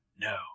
no